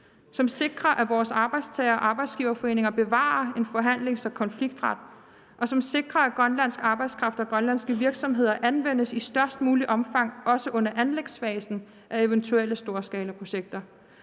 som sikrer, at vores arbejdstager- og arbejdsgiverforeninger bevarer en forhandlings- og konfliktret; som sikrer, at grønlandsk arbejdskraft og grønlandske virksomheder anvendes i størst muligt omfang, også under anlægsfasen af eventuelle storskalaprojekter;